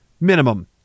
minimum